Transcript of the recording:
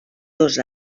dos